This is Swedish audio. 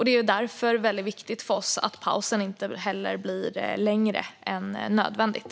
Det är därför väldigt viktigt för oss att pausen inte blir längre än nödvändigt.